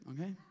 okay